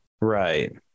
Right